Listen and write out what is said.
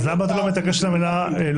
אז למה אתה מתעקש על לא מחוסנים